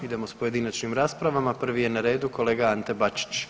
Idemo s pojedinačnim raspravama, prvi je na redu kolega Ante Bačić.